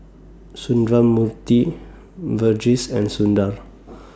Sundramoorthy Verghese and Sundar